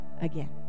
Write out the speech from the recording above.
again